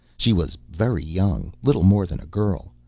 she was very young, little more than a girl.